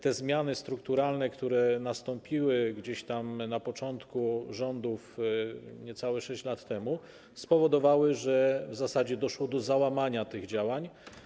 Te zmiany strukturalne, które nastąpiły gdzieś tam na początku rządów, niecałe 6 lat temu, spowodowały, że w zasadzie doszło do załamania realizacji tych działań.